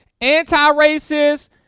Anti-racist